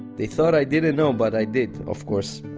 they thought i didn't know, but i did, of course.